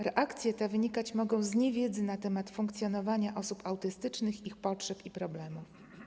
Reakcje te wynikać mogą z niewiedzy na temat funkcjonowania osób autystycznych, ich potrzeb i problemów.